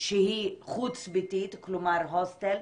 שהיא חוץ ביתית, כלומר הוסטל,